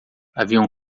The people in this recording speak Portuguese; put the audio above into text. haviam